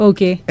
Okay